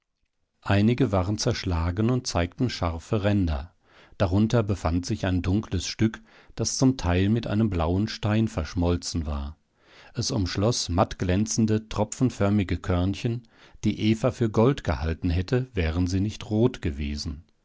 einige waren zerschlagen und zeigten scharfe ränder darunter befand sich ein dunkles stück das zum teil mit einem blauen stein verschmolzen war es umschloß mattglänzende tropfenförmige körnchen die eva für gold gehalten hätte wären sie nicht rot gewesen